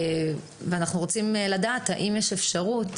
אנחנו רוצים לדעת האם יש אפשרות,